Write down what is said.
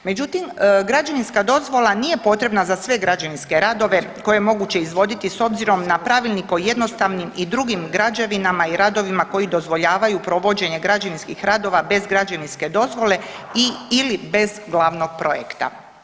Međutim, građevinska dozvola nije potrebna za sve građevinske radove koje je moguće izvoditi s obzirom na Pravilnik o jednostavnim i drugim građevinama i radovima koji dozvoljavaju provođenje građevinskih radova bez građevinske dozvole i/ili bez glavnog projekta.